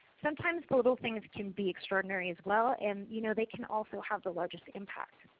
sometimes the little things can be extraordinary as well and you know they can also have the largest impact.